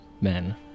men